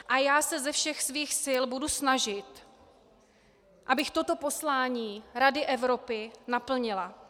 A já se ze všech svých sil budu snažit, abych toto poslání Rady Evropy naplnila.